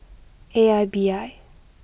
A I B I